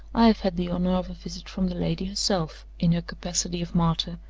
i have had the honor of a visit from the lady herself, in her capacity of martyr,